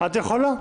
את יכולה.